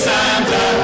Santa